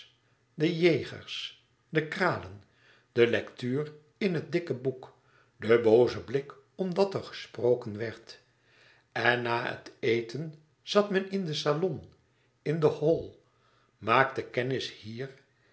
de jaegers de kralen de lectuur in het dikke boek de booze blik omdat er gesproken werd en na het eten zat men in den salon in den hall maakte kennis hier